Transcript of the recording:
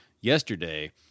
yesterday